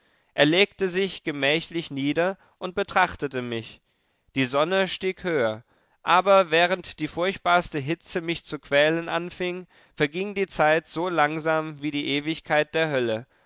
er legte sich gemächlich nieder und betrachtete mich die sonne stieg höher aber während die furchtbarste hitze mich zu quälen anfing verging die zeit so langsam wie die ewigkeit der hölle